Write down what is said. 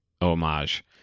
homage